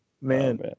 man